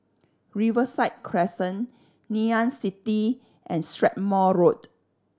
Riverside Crescent Ngee Ann City and Strathmore Road